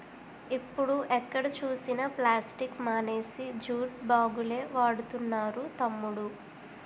ఇప్పుడు ఎక్కడ చూసినా ప్లాస్టిక్ మానేసి జూట్ బాగులే వాడుతున్నారు తమ్ముడూ